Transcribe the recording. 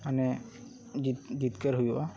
ᱢᱟᱱᱮ ᱡᱤᱛ ᱡᱤᱛᱠᱟᱹᱨ ᱦᱩᱭᱩᱜᱼᱟ